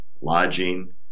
lodging